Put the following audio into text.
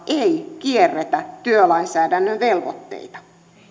ei kierretä työlainsäädännön velvoitteita